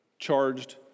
charged